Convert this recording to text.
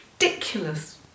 ridiculous